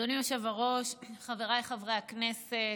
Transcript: אדוני היושב-ראש, חבריי חברי הכנסת,